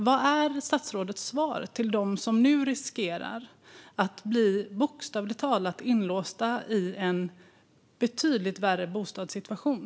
Vad är statsrådets svar till dem som nu riskerar att bli bokstavligt talat inlåsta i en betydligt värre bostadssituation?